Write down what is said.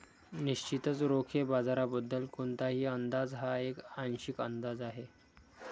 निश्चितच रोखे बाजाराबद्दल कोणताही अंदाज हा एक आंशिक अंदाज आहे